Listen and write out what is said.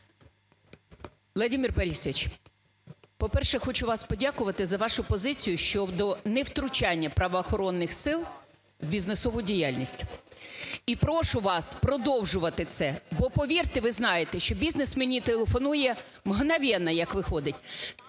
О.В. Володимир Борисович! По-перше, хочу вам подякувати за вашу позицію щодо невтручання правоохоронних сил в бізнесову діяльність. І прошу вас продовжувати це, бо, повірте, ви знаєте, що бізнес мені телефонує мгновенно, як виходить.